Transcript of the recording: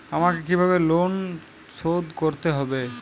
আমাকে কিভাবে লোন শোধ করতে হবে?